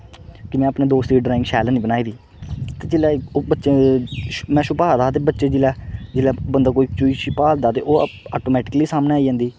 कि में अपने दोस्तें दी ड्रांइग शैल हैनी बनाई दी ते जेल्लै ओह् बच्चे दी छुपा दा हा ते बच्चें गी जेल्लै जेल्लै बंदा कोई चीज छपैलदा ते ओह् आटोमेटीकली आपें सामनै आई जंदी